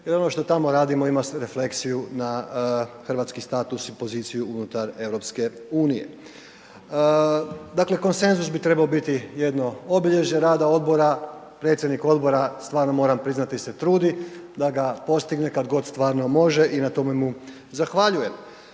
i ono što tamo radimo ima refleksiju na hrvatski status i poziciju unutar EU. Dakle, konsenzus bi trebao biti jedno obilježje rada odbora, predsjednik odbora, stvarno moram priznati, se trudi da ga postigne kad god stvarno može i na tome mu zahvaljujem.